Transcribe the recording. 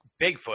Bigfoot